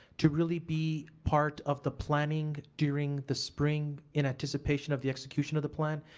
to really be part of the planning during the spring in anticipation of the execution of the plan.